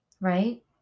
right